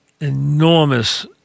enormous